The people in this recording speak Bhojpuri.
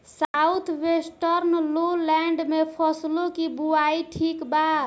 साउथ वेस्टर्न लोलैंड में फसलों की बुवाई ठीक बा?